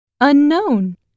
Unknown